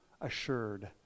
assured